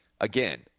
Again